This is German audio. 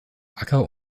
acker